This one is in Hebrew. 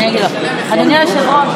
אדוני היושב-ראש, לפי איזה סעיף?